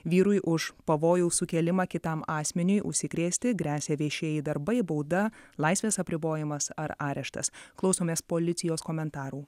vyrui už pavojaus sukėlimą kitam asmeniui užsikrėsti gresia viešieji darbai bauda laisvės apribojimas ar areštas klausomės policijos komentarų